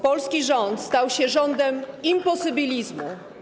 Polski rząd stał się rządem imposybilizmu.